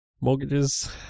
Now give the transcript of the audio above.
mortgages